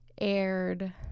aired